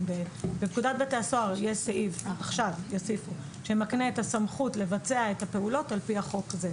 בפקודת בתי הסוהר יש סעיף שמקנה את הסמכות לבצע את הפעולות על פי החוק.